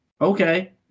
Okay